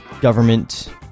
government